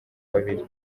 babiri